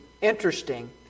interesting